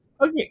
Okay